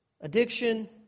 addiction